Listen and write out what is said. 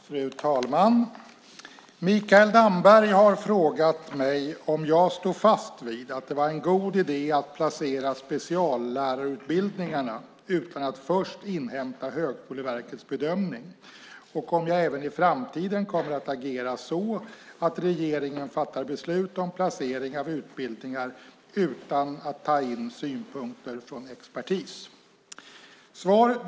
Fru talman! Mikael Damberg har frågat mig om jag står fast vid att det var en god idé att placera speciallärarutbildningarna utan att först inhämta Högskoleverkets bedömning och om jag även i framtiden kommer att agera så att regeringen fattar beslut om placering av utbildningar utan att ta in synpunkter från expertis.